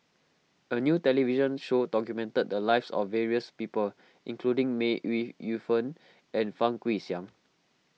a new television show documented the lives of various people including May Ooi Yu Fen and Fang Guixiang